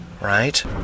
right